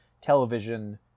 television